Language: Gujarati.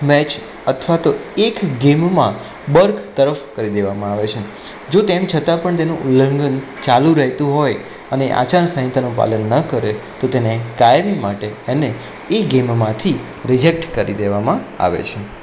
મેચ અથવા તો એક ગેમમાં બરતરફ કરી દેવામાં આવે છે જો તેમ છતાં પણ તેનું ઉલ્લંઘન ચાલું રહેતું હોય અને આચાર સંહિતાનુ પાલન ન કરે તો તેને કાયમી માટે એને એ ગેમમાંથી રિજેક્ટ કરી દેવામાં આવે છે